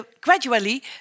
gradually